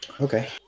Okay